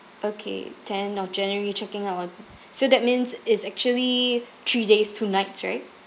okay tenth of january checking out on so that means it's actually three days two nights right